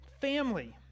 family